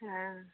हँ